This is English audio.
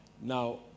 Now